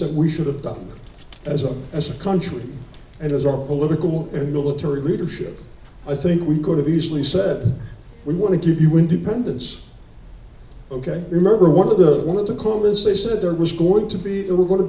that we should have done as a as a country and as our political and military leadership i think we could have easily said we want to give you independence ok remember one of the one of the comments they said there was going to be